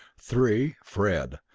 three. fred.